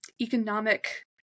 economic